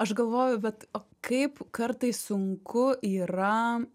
aš galvoju bet o kaip kartais sunku yra